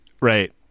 right